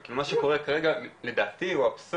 כאילו מה שקורה כרגע הוא אבסורד,